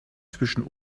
zwischen